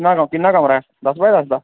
आं किन्ना कमरा ऐ दस्स बाय दस्स दा